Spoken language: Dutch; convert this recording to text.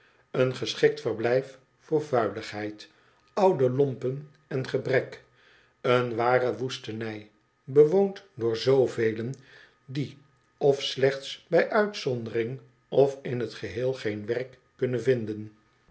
een geschikt verblijf voor vuiligheid oude lompen en gebrek een ware woestenij bewoond door zoovelen die of slechts bij uitzondering of in het geheel geen werk kunnen vinden